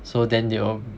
so then they all